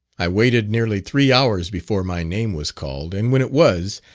i waited nearly three hours before my name was called, and when it was,